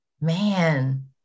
man